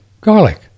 Garlic